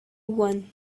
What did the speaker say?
one